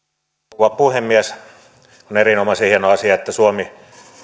rouva puhemies on erinomaisen hieno asia että suomi